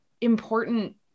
important